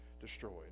destroyed